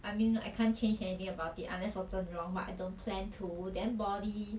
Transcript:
I mean I can't change anything about it unless 我整容 but I don't plan to then body